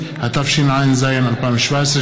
התשע"ז 2017,